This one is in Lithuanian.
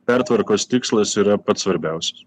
pertvarkos tikslas yra pats svarbiausias